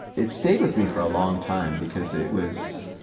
it stayed with me for a long time because it was